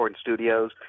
Studios